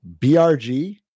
brg